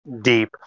deep